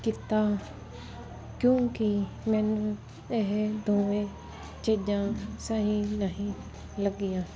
ਕੀਤਾ ਕਿਉਂਕੀ ਮੈਨੂੰ ਇਹ ਦੋਵੇਂ ਚੀਜਾਂ ਸਹੀ ਨਹੀਂ ਲੱਗੀਆਂ